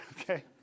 Okay